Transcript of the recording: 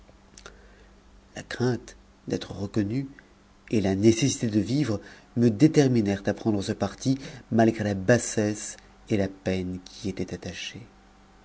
la crainte d'être reconnu et la nécessité de vivre me déterminèrent à prendre ce parti malgré la bassesse et la peine qui y étaient attachées